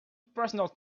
personal